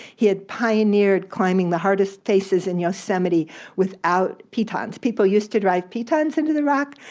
he had pioneered climbing the hardest faces in yosemite without pitons. people used to drive pitons into the rock,